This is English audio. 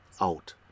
out